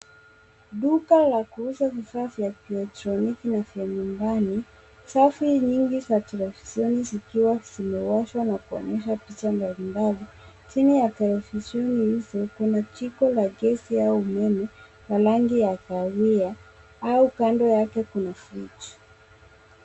Duka la kuuza bidhaa vya kielektroniki na vya nyumbani. Safi nyingi za televisheni zikiwa zimewashwa na kuonyesha picha mbalimbali. Chini ya televisheni hizo kuna jiko la gesi au umeme la rangi ya kahawia au kando yake kuna fridge .